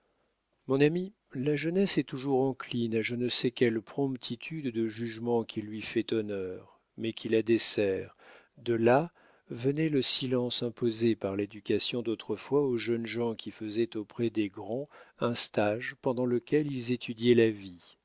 mon ami la jeunesse est toujours encline à je ne sais quelle promptitude de jugement qui lui fait honneur mais qui la dessert de là venait le silence imposé par l'éducation d'autrefois aux jeunes gens qui faisaient auprès des grands un stage pendant lequel ils étudiaient la vie